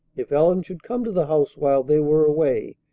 if ellen should come to the house while they were away,